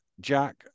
Jack